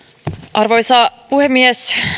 arvoisa puhemies